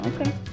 Okay